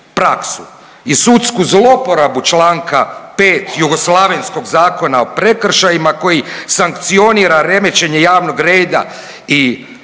i sudsku zlouporabu čl. 5. jugoslavenskog Zakona o prekršajima koji sankcionira remećenje javnog reda i mira